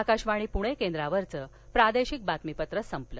आकाशवाणी पणे केंद्रावरचं प्रादेशिक बातमीपत्र संपलं